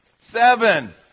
seven